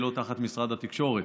היא לא תחת משרד התקשורת,